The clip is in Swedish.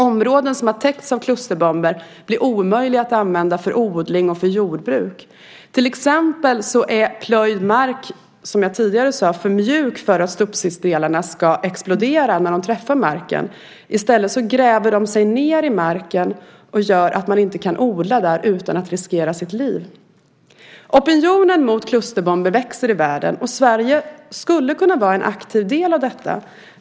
Områden som har täckts av klusterbomber blir omöjliga att använda för odling och för jordbruk. Till exempel är plöjd mark, som jag tidigare sade, för mjuk för att substridsdelarna ska explodera när de träffar marken. I stället gräver de sig ned i marken och gör att man inte kan odla där utan att riskera sitt liv. Opinionen mot klusterbomber växer i världen, och Sverige skulle kunna vara en aktiv del av detta.